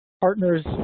partners